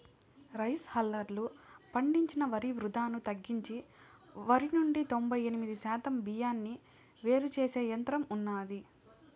rice హల్లర్లు పండించిన వరి వృధాను తగ్గించి వరి నుండి తొంబై ఎనిమిది శాతం బియ్యాన్ని వేరు చేసే యంత్రం ఉన్నాది